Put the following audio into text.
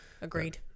agreed